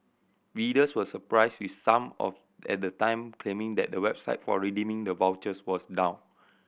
readers were surprised with some of at the time claiming that the website for redeeming the vouchers was down